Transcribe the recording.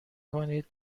کنید